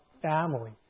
family